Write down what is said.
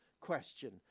question